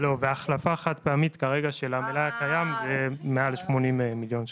והחלפה חד פעמית כרגע של המלאי הקיים זה מעל 80 מיליון שקלים.